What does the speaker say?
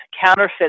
counterfeit